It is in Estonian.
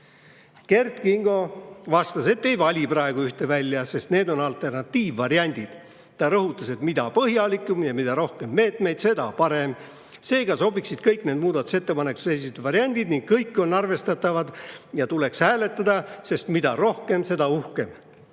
Kert Kingo vastas, et ei vali praegu ühte välja, sest need on alternatiivvariandid. Ta rõhutas, et mida põhjalikum ja mida rohkem meetmeid, seda parem on. Seega sobiksid kõik need muudatusettepanekutes esitatud variandid ning kõik on arvestatavad ja tuleks hääletada, sest mida rohkem, seda uhkem.